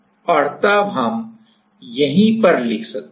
और तब हम यहीं पर लिख सकते हैं